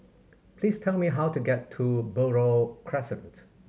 please tell me how to get to Buroh Crescent